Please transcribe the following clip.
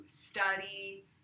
study